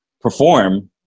perform